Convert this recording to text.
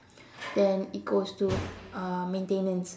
then it goes to uh maintenance